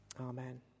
Amen